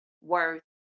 worth